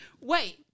Wait